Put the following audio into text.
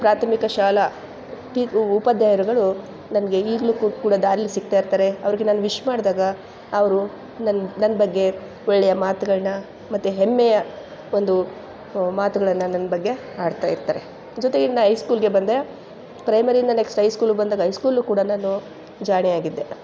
ಪ್ರಾಥಮಿಕ ಶಾಲಾ ಟಿ ಉಪಾಧ್ಯಾಯರುಗಳು ನನಗೆ ಈಗಲೂ ಕೂಡ ದಾರಿಯಲ್ಲಿ ಸಿಗ್ತಾಯಿರ್ತಾರೆ ಅವ್ರಿಗೆ ನಾನು ವಿಶ್ ಮಾಡಿದಾಗ ಅವರು ನನ್ನ ನನ್ನ ಬಗ್ಗೆ ಒಳ್ಳೆಯ ಮಾತುಗಳನ್ನ ಮತ್ತೆ ಹೆಮ್ಮೆಯ ಒಂದು ಮಾತುಗಳನ್ನು ನನ್ನ ಬಗ್ಗೆ ಆಡ್ತಾಯಿರ್ತಾರೆ ಜೊತೆಗೆ ಇನ್ನೂ ಐ ಸ್ಕೂಲ್ಗೆ ಬಂದೆ ಪ್ರೈಮರಿಯಿಂದ ನೆಕ್ಸ್ಟ್ ಐ ಸ್ಕೂಲ್ಗೆ ಬಂದಾಗ ಐ ಸ್ಕೂಲು ಕೂಡ ನಾನು ಜಾಣೆಯಾಗಿದ್ದೆ